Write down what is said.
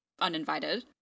uninvited